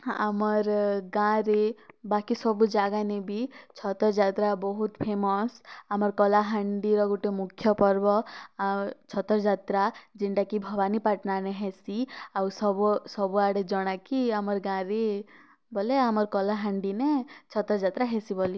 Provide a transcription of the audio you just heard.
ଆମର୍ ଗାଁରେ ବାକି ସବୁ ଜାଗାନେ ବି ଛତର୍ ଯାତ୍ରା ବହୁତ୍ ଫେମସ୍ ଆମର୍ କଳାହାଣ୍ଡିର ମୁଖ୍ୟ ମୁଖ୍ୟ ପର୍ବ ଆଉ ଛତର୍ ଯାତ୍ରା ଯେନ୍ତାକି ଭବାନୀପାଟ୍ଣାନେ ହେସି ଆଉ ସବୁ ସବୁଆଡ଼େ ଜଣାକି ଆମର୍ ଗାଁରେ ବଲେ ଆମର୍ କଳାହାଣ୍ଡି ନେ ଛତର୍ ଯାତ୍ରା ହେସି ବୋଲି